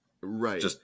Right